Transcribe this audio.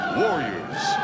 warriors